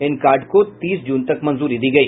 इन card को तीस जून तक मंजूरी दी गई